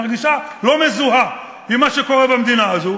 מרגישה לא מזוהה עם מה שקורה במדינה הזו.